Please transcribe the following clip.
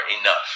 enough